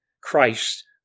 Christ